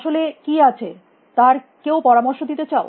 আসলে কী আছে তার কেউ পরামর্শ দিতে চাও